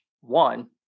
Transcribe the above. one